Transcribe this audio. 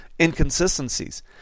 inconsistencies